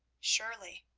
surely.